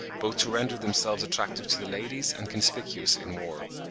both to render themselves attractive to the ladies, and conspicuous in war.